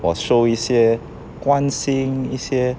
must show 一些关心一些